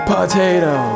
Potato